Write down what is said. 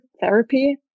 therapy